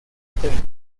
treinta